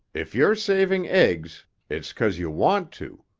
if you're saving eggs it's cause you want to,